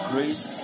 Grace